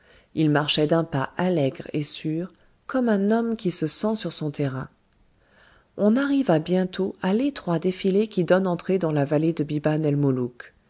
il marchait d'un pas allègre et sûr comme un homme qui se sent sur son terrain on arriva bientôt à l'étroit défilé qui donne entrée dans la vallée de